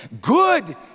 Good